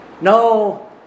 No